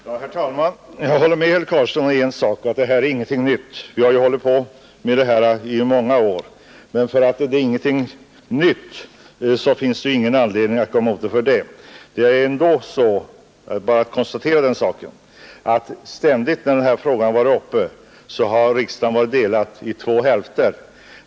Herr talman! Jag håller med herr Carlstein om en sak: det här är ingenting nytt; vi har debatterat det i många år. Men för att förslaget inte är nytt är ju detta ingen anledning att gå emot det. Det är ändå så att riksdagen — jag bara konstaterar den saken — ständigt när den här frågan varit uppe har varit delad i två hälfter.